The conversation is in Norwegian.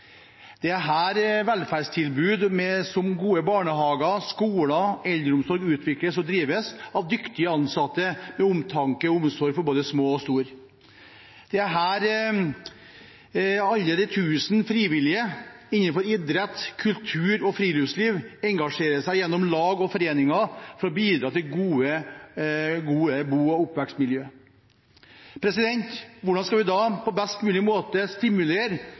Det er her velferdstilbud som gode barnehager, skoler og eldreomsorg utvikles og drives, av dyktige ansatte med omtanke og omsorg for både små og store. Det er her alle de tusen frivillige innenfor idrett, kultur og friluftsliv engasjerer seg gjennom lag og foreninger, for å bidra til gode bo- og oppvekstmiljø. Hvordan skal vi da på best mulig måte stimulere